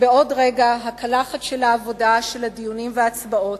בעוד רגע הקלחת של העבודה, של הדיונים וההצבעות,